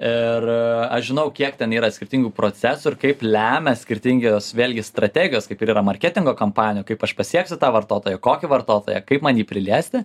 ir aš žinau kiek ten yra skirtingų procesų ir kaip lemia skirtingi vėlgi strategijos kaip ir yra marketingo kampanija kaip aš pasieksiu tą vartotoją kokį vartotoją kaip man jį priliesti